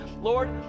Lord